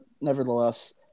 nevertheless